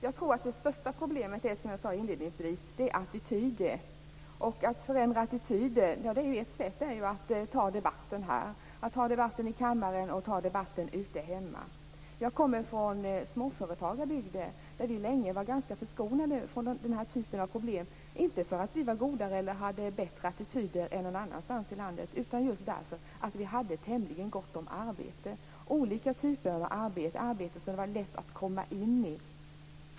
Herr talman! Som jag sade inledningsvis tror jag att det största problemet är attityder. Ett sätt att förändra attityder är att föra debatten här i kammaren, ute och hemma. Jag kommer från småföretagarbygder, där vi länge var ganska förskonade från den här typen av problem - inte för att vi var godare eller hade bättre attityder än någon annanstans i landet, utan därför att vi hade tämligen gott om arbete. Vi hade olika typer av arbeten och arbeten som det var lätt att komma in i.